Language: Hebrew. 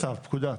לא צו, פקודת.